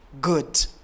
good